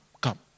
come